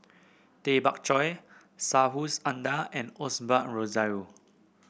Tay Bak Koi Subhas Anandan and Osbert Rozario